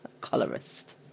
colorist